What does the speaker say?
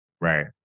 Right